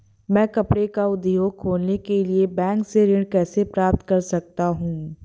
मैं कपड़े का उद्योग खोलने के लिए बैंक से ऋण कैसे प्राप्त कर सकता हूँ?